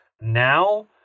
now